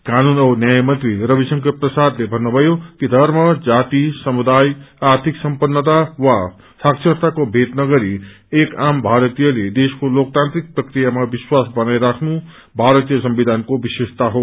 कानून औ नयायमंत्री रविशंकर प्रसादले भन्नुमयो कि थर्म जाति समुदाय आर्थिक सम्पन्नता वा साक्षरताको भेद नगरी एक आम भारतीयले देशको लोकतान्त्रिक प्रक्रियामा विश्वास बनाइराख्नु भारतीय संविधानको विशेषता हो